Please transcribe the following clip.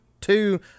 two